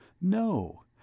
no